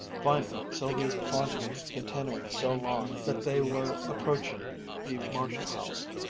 finally, sylvia's ponderings continuing so long that they were approaching the marshall house,